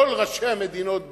כל ראשי המדינות באים,